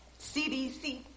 CDC